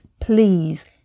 please